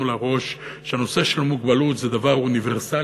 לראש שהנושא של מוגבלות זה דבר אוניברסלי,